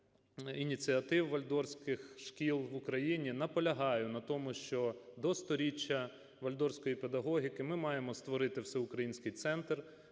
ініціатив вальдорфських шкіл в Україні наполягаю на тому, що до 100-річчя вальдорфської педагогіки ми мажмо створити всеукраїнський центр